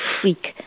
freak